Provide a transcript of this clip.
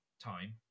time